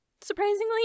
surprisingly